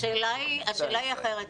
השאלה היא אחרת.